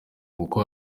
kuko